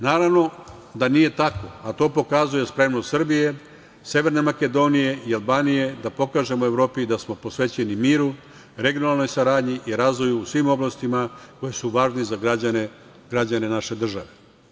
Naravno da nije tako, a to pokazuje spremnost Srbije, Severne Makedonije i Albanije da pokažemo Evropi da smo posvećeni miru, regionalnoj saradnji i razvoju u svim oblastima koje su važne za građane naše države.